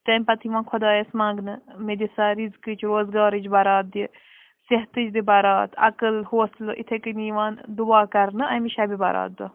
تَمہِ پتہٕ یِوان خۄدایس منگنہٕ مےٚ دِسا رِزقٕچ روز گارٕچ بَرات دِ صیٚحتٕچ دِ بَرات عقٕل حوصلہٕ اِتھٕے کٔنی یِوان دعا کَرنہٕ اَمہِ شبِ بَرات دۄہ